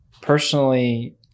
personally